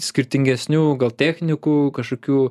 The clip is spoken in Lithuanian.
skirtingesnių gal technikų kažkokių